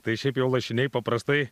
tai šiaip jau lašiniai paprastai